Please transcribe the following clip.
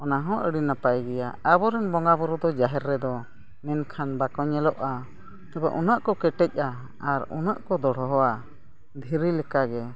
ᱚᱱᱟ ᱦᱚᱸ ᱟᱹᱰᱤ ᱱᱟᱯᱟᱭ ᱜᱮᱭᱟ ᱟᱵᱚᱨᱮᱱ ᱵᱚᱸᱜᱟᱼᱵᱩᱨᱩ ᱫᱚ ᱡᱟᱦᱮᱨ ᱨᱮᱫᱚ ᱢᱮᱱᱠᱷᱟᱱ ᱵᱟᱠᱚ ᱧᱮᱞᱚᱜᱼᱟ ᱛᱚᱵᱮ ᱩᱱᱟᱹᱜ ᱠᱚ ᱠᱮᱴᱮᱡᱼᱟ ᱟᱨ ᱩᱱᱟᱹᱜ ᱠᱚ ᱫᱚᱲᱦᱚᱣᱟ ᱫᱷᱤᱨᱤ ᱞᱮᱠᱟᱜᱮ